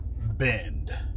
bend